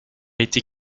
été